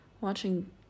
watching